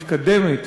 מתקדמת,